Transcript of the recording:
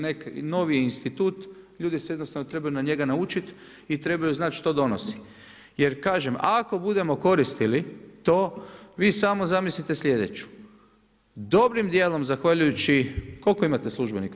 Novi institut, ljudi se jednostavno trebaju na njega naučit i trebaju znat što donosi, jer kažem, ako budemo koristili to, vi samo zamislite sljedeću, dobrim djelom zahvaljujući, koliko imate službenika?